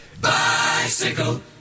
Bicycle